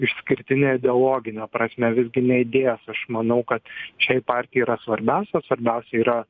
išskirtinė ideologine prasme visgi ne idėjos aš manau kad šiai partijai yra svarbiausia o svarbiausia yra